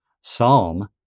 Psalm